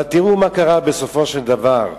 אבל תראו מה קרה בסופו של דבר.